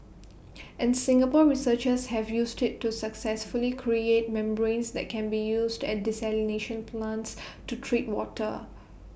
and Singapore researchers have used IT to successfully create membranes that can be used at desalination plants to treat water